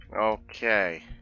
Okay